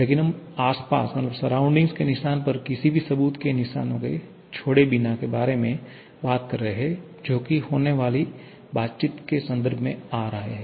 लेकिन हम आसपास के निशान पर किसी भी सबूत के निशान के बिना छोड़ने के बारे में बात कर रहे हैं जो कि होने वाली बातचीत के संदर्भ में आ रहे हैं